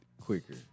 quicker